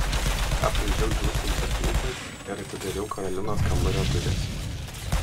aplaižiau džiūstančias lūpas ir atidariau karolinos kambario duris